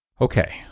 okay